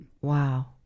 Wow